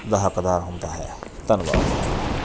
ਦਾ ਹੱਕਦਾਰ ਹੁੰਦਾ ਹੈ ਧੰਨਵਾਦ